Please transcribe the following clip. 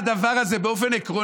דקות.